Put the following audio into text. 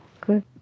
Good